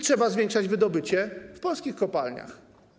Trzeba zwiększyć wydobycie w polskich kopalniach.